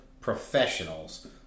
professionals